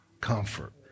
comfort